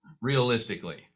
realistically